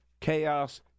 Chaos